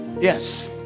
Yes